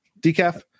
decaf